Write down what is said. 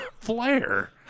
flare